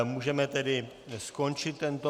Můžeme tedy skončit tento bod.